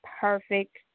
perfect